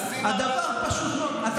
הדבר פשוט מאוד, מה רע לשים מראה?